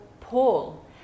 Paul